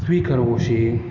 स्वीकरोषि